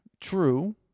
True